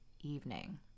evening